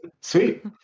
Sweet